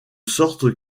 sorte